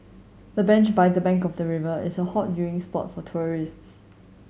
the bench by the bank of the river is a hot viewing spot for tourists